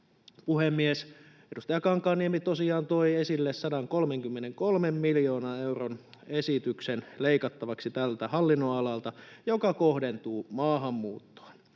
Puhemies! Edustaja Kankaanniemi tosiaan toi esille 133 miljoonan euron esityksen leikattavaksi tältä hallinnonalalta, joka kohdentuu maahanmuuttoon,